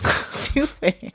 Stupid